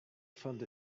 found